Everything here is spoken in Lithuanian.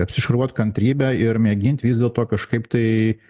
apsišarvuot kantrybe ir mėgint vis dėlto kažkaip tai